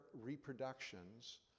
reproductions